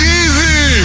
easy